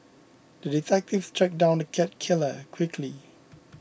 the detective tracked down the cat killer quickly